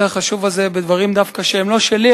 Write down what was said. החשוב הזה בדברים שהם דווקא לא שלי,